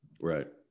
Right